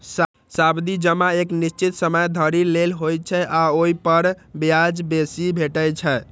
सावधि जमा एक निश्चित समय धरि लेल होइ छै आ ओइ पर ब्याज बेसी भेटै छै